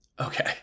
Okay